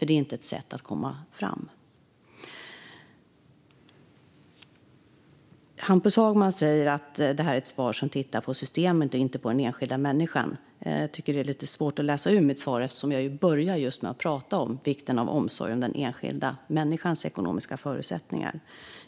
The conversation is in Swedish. Det är inte ett sätt att komma framåt. Hampus Hagman säger att det här är ett svar som tittar på systemet och inte på den enskilda människan. Jag tycker att det är lite svårt att läsa ut detta ur mitt svar, eftersom jag börjar med att prata just om vikten av omsorg om den enskilda människans ekonomiska förutsättningar.